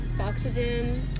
Oxygen